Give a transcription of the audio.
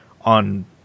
on